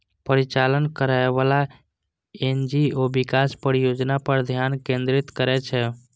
परिचालन करैबला एन.जी.ओ विकास परियोजना पर ध्यान केंद्रित करै छै